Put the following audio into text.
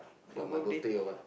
for my birthday or what